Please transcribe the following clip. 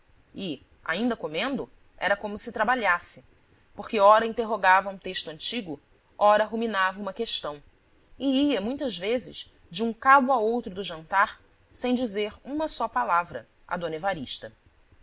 e ainda comendo era como se trabalhasse porque ora interrogava um texto antigo ora ruminava uma questão e ia muitas vezes de um cabo a outro do jantar sem dizer uma só palavra a d evarista